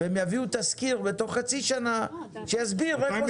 והם יביאו תזכיר בתוך חצי שנה שיסביר איך עושים את זה.